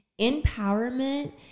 Empowerment